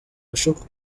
bashobora